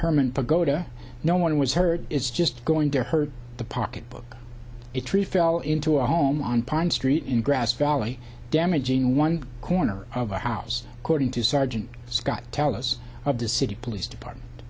herman pagoda no one was hurt it's just going to hurt the pocketbook a tree fell into a home on pine street in grass valley damaging one corner of the house according to sergeant scott telus of the city police department